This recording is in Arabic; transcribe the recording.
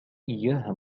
إياها